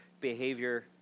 behavior